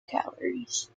calories